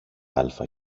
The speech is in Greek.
άλφα